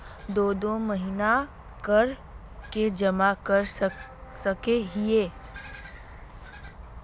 दो दो महीना कर के जमा कर सके हिये?